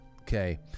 Okay